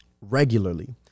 Regularly